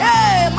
Hey